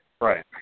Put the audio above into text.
Right